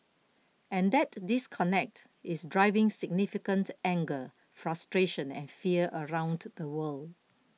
and that disconnect is driving significant anger frustration and fear around the world